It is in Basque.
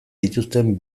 dituzten